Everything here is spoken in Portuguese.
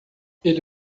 ele